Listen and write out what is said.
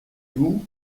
vous